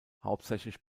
hauptsächlich